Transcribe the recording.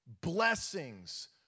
blessings